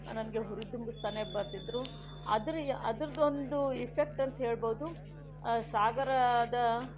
ನನಗೆ ಹುರಿದುಂಬಿಸ್ತಾನೇ ಬರ್ತಿದ್ರು ಅದರ ಯಾ ಅದರದ್ದೊಂದು ಇಫೆಕ್ಟ್ ಅಂತ ಹೇಳ್ಬೋದು ಸಾಗರದ